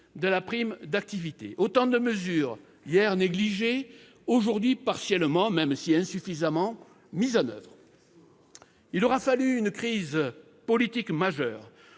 de la prime d'activité : autant de mesures, hier négligées, aujourd'hui partiellement, mais insuffisamment, mises en oeuvre. Il aura fallu une crise politique majeure